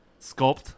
sculpt